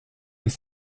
les